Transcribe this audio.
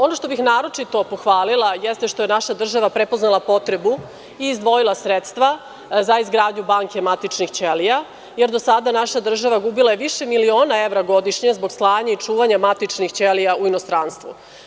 Ono što bih naročito pohvalila jeste što je naša država prepoznala potrebu i izdvojila sredstva za izgradnju banke matičnih ćelija, jer je do sada naša država gubila više miliona evra godišnje zbog slanja i čuvanja matičnih ćelija u inostranstvu.